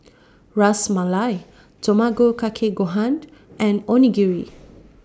Ras Malai Tamago Kake Gohan and Onigiri